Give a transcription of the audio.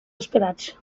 esperats